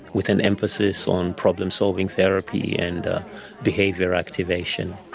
with an emphasis on problem-solving therapy and behaviour activation.